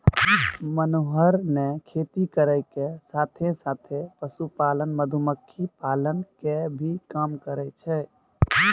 मनोहर नॅ खेती करै के साथॅ साथॅ, पशुपालन, मधुमक्खी पालन के भी काम करै छै